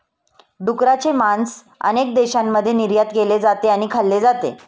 डुकराचे मांस अनेक देशांमध्ये निर्यात केले जाते आणि खाल्ले जाते